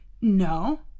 no